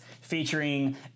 featuring